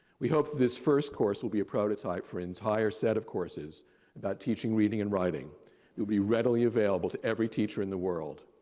we hope that this first course will be a prototype for entire set of courses about teaching, reading, and will be readily available to every teacher in the world.